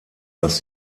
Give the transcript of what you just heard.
dass